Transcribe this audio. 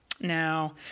Now